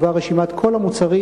רשימת כל המוצרים,